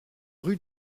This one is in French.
rue